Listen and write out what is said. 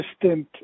distant